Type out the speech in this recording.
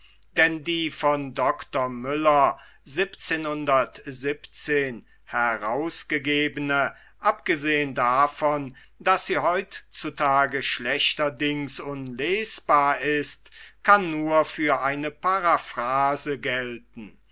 denn die von dr müller herausgegebene abgesehen davon daß sie heut zu tage schlechterdings unlesbar ist kann nur für eine paraphrase gelten